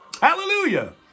Hallelujah